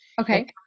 Okay